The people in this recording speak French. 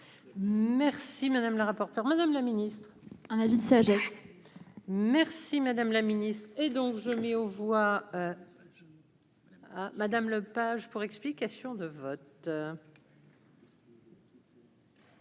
Merci madame la rapporteure, Madame le Ministre, un avis de sagesse, merci madame la Ministre, et donc je mets aux voix Madame Lepage pour explication de vote.